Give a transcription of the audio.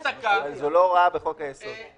זה לא הוראה בחוק היסוד.